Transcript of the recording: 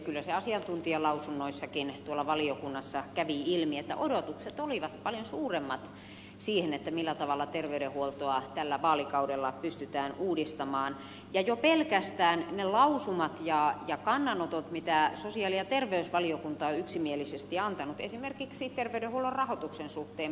kyllä se asiantuntijalausunnoistakin tuolla valiokunnassa kävi ilmi että odotukset olivat paljon suuremmat sitä kohtaan millä tavalla terveydenhuoltoa tällä vaalikaudella pystytään uudistamaan ja jo pelkästään niistä lausumista ja kannanotoista mitä sosiaali ja terveysvaliokunta on yksimielisesti antanut esimerkiksi terveydenhuollon rahoituksen suhteen